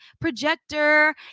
projector